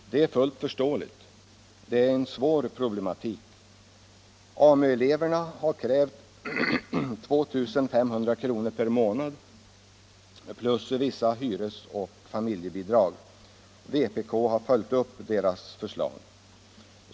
Det är fullt förståeligt. Det är en svår problematik. AMU-eleverna har krävt 2 500 kr. per månad plus vissa hyresoch familjebidrag. Vpk har följt upp deras förslag.